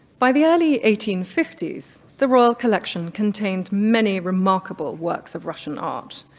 by the early eighteen fifty s, the royal collection contained many remarkable works of russian art.